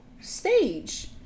stage